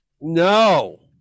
No